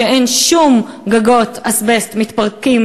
שאין שום גגות אזבסט מתפרקים,